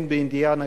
אין באינדיאנה,